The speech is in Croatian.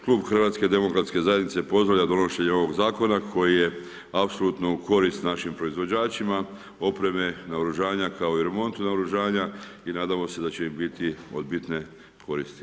Klub HDZ pozdravlja donošenje ovog zakona, koji je apsolutno u korist našim proizvođačima, opreme, naoružanja kao i remontu naoružanja i nadamo se da će im biti od bitne koristi.